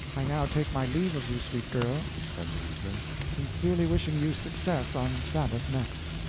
i now take my leave of you, sweet girl, said louisa, sincerely wishing you success on sabbath next.